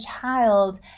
child